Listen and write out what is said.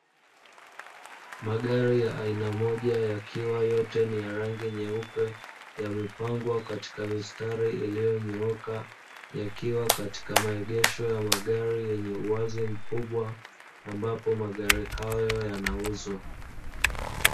Magari ya aina moja yakiwa yote ni ya rangi nyeupe, yamepangwa katika mistari iliyonyooka yakiwa katika maegesho ya magari yenye uwazi mkubwa, ambapo magari hayo yanauzwa.